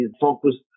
focused